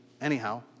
anyhow